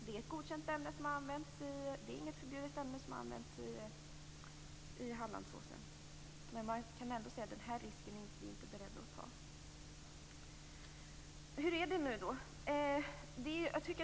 Det är ett godkänt ämne som har använts i Hallandsåsen, det är inget förbjudet ämne. Men kommunen borde ändå kunna säga att man inte är beredd att ta den risken.